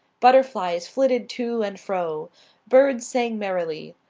butterflies flitted to and fro birds sang merrily.